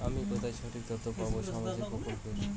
আমি কোথায় সঠিক তথ্য পাবো সামাজিক প্রকল্পের?